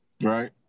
right